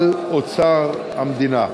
על אוצר המדינה.